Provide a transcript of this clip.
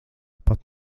pat